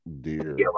deer